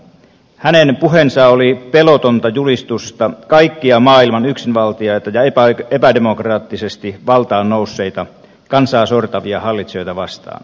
hänen puheensa oli pelotonta julistusta kaikkia maailman yksinvaltiaita ja epädemokraattisesti valtaan nousseita kansaa sortavia hallitsijoita vastaan